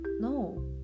no